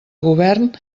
govern